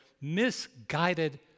misguided